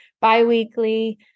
biweekly